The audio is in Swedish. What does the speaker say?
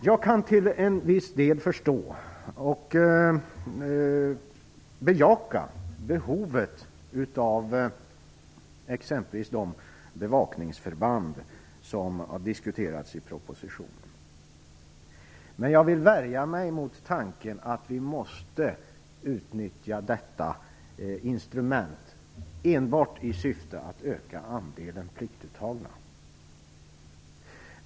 Jag kan till en viss del förstå och bejaka behovet av exempelvis de bevakningsförband som har diskuterats i propositionen, men jag värjer mig mot tanken att vi måste utnyttja detta instrument enbart i syfte att öka andelen pliktuttagna.